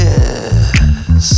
Yes